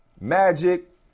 Magic